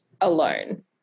alone